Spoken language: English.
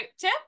tip